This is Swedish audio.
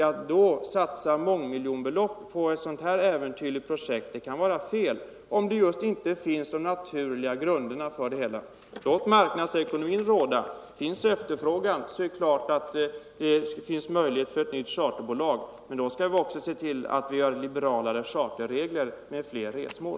Att då satsa mångmiljonbelopp på ett så här äventyrligt projekt kan vara fel, om de naturliga grunderna för företaget inte finns. Låt marknadsekonomin råda! Finns efterfrågan är det klart att det föreligger möjligheter för ett nytt charterbolag. Men då skall vi också se till att vi har liberalare charterregler med fler resmål.